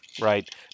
right